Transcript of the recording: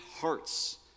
hearts